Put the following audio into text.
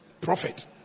prophet